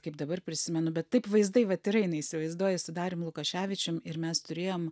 kaip dabar prisimenu bet taip vaizdai vat ir eina įsivaizduoji su darium lukoševičium ir mes turėjom